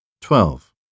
Twelve